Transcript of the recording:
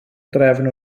drefn